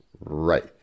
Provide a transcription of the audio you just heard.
Right